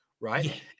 right